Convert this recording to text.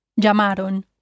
Llamaron